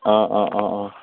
অঁ অঁ অঁ অঁ